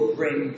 bring